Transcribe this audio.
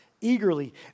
eagerly